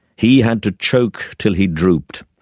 he had to choke till he drooped,